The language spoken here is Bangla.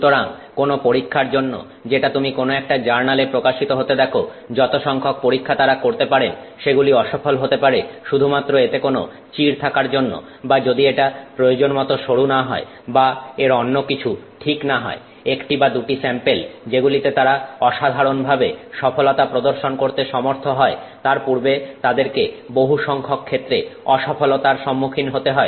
সুতরাং কোনো পরীক্ষার জন্য যেটা তুমি কোন একটা জার্নাল এ প্রকাশিত হতে দেখো যত সংখ্যক পরীক্ষা তারা করতে পারেন সেগুলি অসফল হতে পারে শুধুমাত্র এতে কোন চিড় থাকার জন্য বা যদি এটা প্রয়োজন মত সরু না হয় বা এর অন্যকিছু ঠিক না হয় একটি বা দুটি স্যাম্পেল যেগুলিতে তারা অসাধারণ ভাবে সফলতা প্রদর্শন করতে সমর্থ হয় তার পূর্বে তাদেরকে বহু সংখ্যক ক্ষেত্রে অসফলতার সম্মুখীন হতে হয়